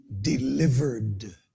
delivered